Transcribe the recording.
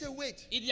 wait